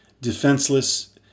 defenseless